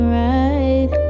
right